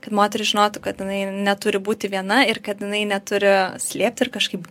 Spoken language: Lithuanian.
kad moteris žinotų kad jinai neturi būti viena ir kad jinai neturi slėpti ir kažkaip